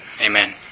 Amen